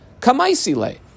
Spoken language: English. Kamaisile